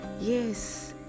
Yes